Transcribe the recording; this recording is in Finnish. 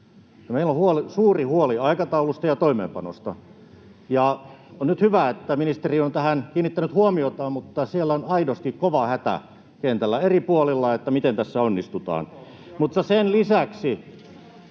meillä on suuri huoli aikataulusta ja toimeenpanosta. On nyt hyvä, että ministeri on tähän kiinnittänyt huomiotaan, mutta siellä kentällä, eri puolilla, on aidosti kova hätä, että miten tässä onnistutaan, mutta sen lisäksi